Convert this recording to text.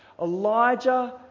Elijah